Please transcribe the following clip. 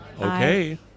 okay